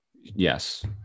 Yes